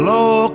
Low